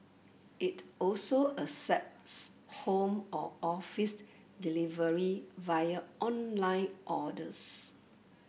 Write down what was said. it also accepts home or office delivery via online orders